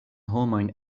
homojn